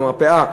למרפאה,